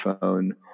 phone